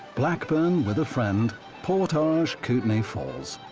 blackburn with a friend portage kootenai falls,